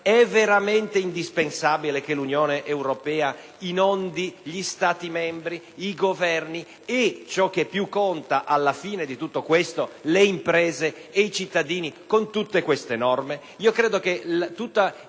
veramente indispensabile che l'Unione europea inondi gli Stati membri, i Governi e - ciò che più conta - le imprese e i cittadini, con tutte queste norme.